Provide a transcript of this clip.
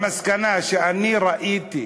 המסקנה שאני ראיתי,